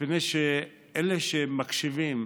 מפני שאלה שמקשיבים,